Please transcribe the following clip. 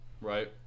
right